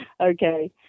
Okay